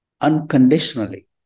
unconditionally